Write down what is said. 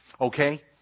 Okay